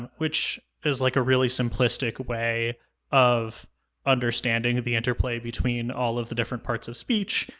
which is, like, a really simplistic way of understanding the interplay between all of the different parts of speech,